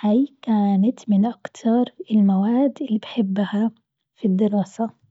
هاي كانت من أكتر المواد اللي بحبها في الدراسة.